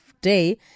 Day